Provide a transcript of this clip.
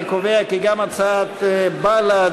אני קובע כי גם הצעת בל"ד,